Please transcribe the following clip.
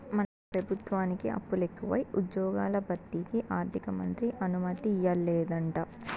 మన పెబుత్వానికి అప్పులెకువై ఉజ్జ్యోగాల భర్తీకి ఆర్థికమంత్రి అనుమతియ్యలేదంట